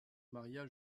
maria